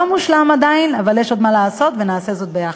לא מושלם עדיין, יש עוד מה לעשות, ונעשה זאת יחד.